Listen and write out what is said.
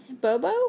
Bobo